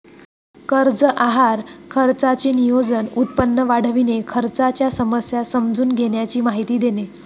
कर्ज आहार खर्चाचे नियोजन, उत्पन्न वाढविणे, खर्चाच्या समस्या समजून घेण्याची माहिती देणे